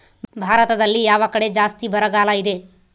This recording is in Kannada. ಭಾರತದಲ್ಲಿ ಯಾವ ಕಡೆ ಜಾಸ್ತಿ ಬರಗಾಲ ಇದೆ?